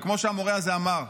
וכמו שהמורה הזה אמר,